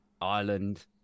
Ireland